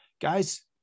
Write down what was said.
guys